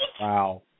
Wow